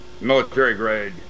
military-grade